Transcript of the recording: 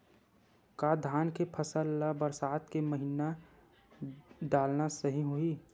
का धान के फसल ल बरसात के महिना डालना सही होही?